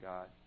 God